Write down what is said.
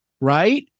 Right